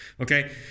okay